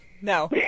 No